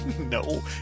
No